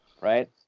right